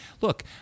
Look